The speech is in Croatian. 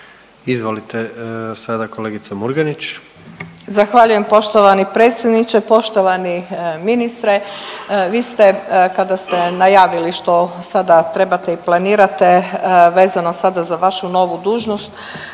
Izvolite, sada kolegica Murganić. **Murganić, Nada (HDZ)** Zahvaljujem poštovani predsjedniče. Poštovani ministre vi ste kada ste najavili što sada trebate i planirate vezano sada za vašu novu dužnost